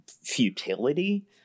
futility